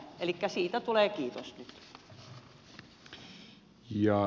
elikkä siitä tulee kiitos nyt